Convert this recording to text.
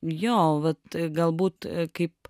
jo vat galbūt kaip